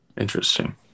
Interesting